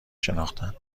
شناختند